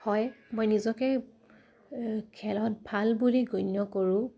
হয় মই নিজকে খেলত ভাল বুলি গণ্য কৰোঁ